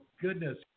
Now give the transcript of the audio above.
goodness